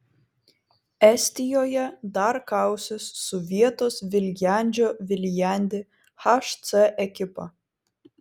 estijoje dar kausis su vietos viljandžio viljandi hc ekipa